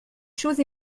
choses